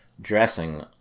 dressing-